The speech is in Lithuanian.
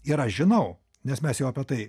ir aš žinau nes mes jau apie tai